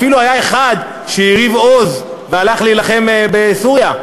אפילו היה אחד שהרהיב עוז והלך להילחם בסוריה.